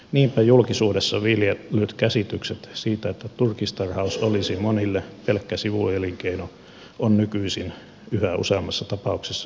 niinpä julkisuudessa viljellyt käsitykset siitä että turkistarhaus olisi monille pelkkä sivuelinkeino ovat nykyisin yhä useammassa tapauksessa virheellisiä